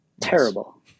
terrible